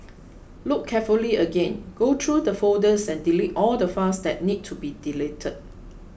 look carefully again go through the folders and delete all the files that need to be deleted